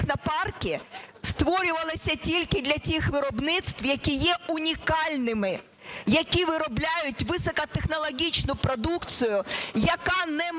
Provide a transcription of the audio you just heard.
технопарки створювалися тільки для тих виробництв, які є унікальними, які виробляють високотехнологічну продукцію, яка не має